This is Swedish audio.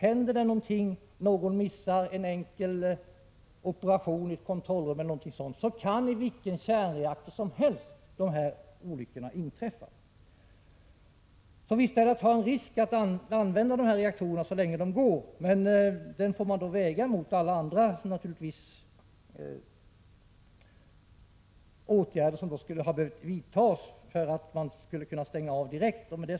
Händer någonting, missar någon en enkel operation i ett kontrollrum, kan i vilken kärnreaktor som helst en sådan olycka inträffa. Visst är det att ta en risk att använda dessa reaktorer, men den risken får man då väga mot alla andra åtgärder som skulle ha behövt vidtas för att man skulle kunna stänga av direkt.